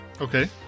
Okay